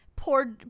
Poor